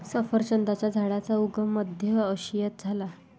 सफरचंदाच्या झाडाचा उगम मध्य आशियात झाला